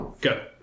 Go